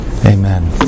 Amen